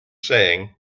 saying